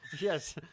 yes